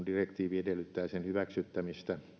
direktiivi edellyttää sen hyväksyttämistä